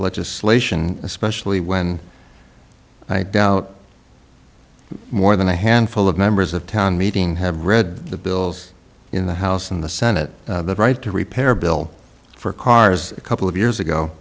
legislation especially when i doubt more than a handful of members of town meeting have read the bills in the house and the senate the right to repair bill for cars a couple of years